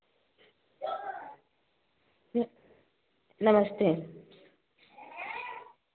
नमस्ते